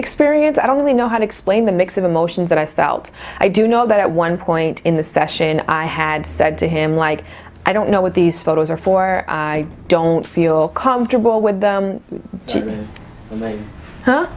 experience i don't really know how to explain the mix of emotions that i felt i do know that at one point in the session i had said to him like i don't know what these photos are for i don't feel comfortable with